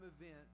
event